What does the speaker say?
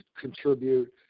contribute